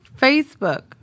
Facebook